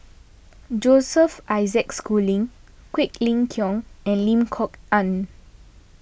Joseph Isaac Schooling Quek Ling Kiong and Lim Kok Ann